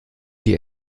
die